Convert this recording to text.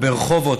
או ברחובות,